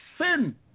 sin